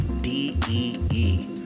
D-E-E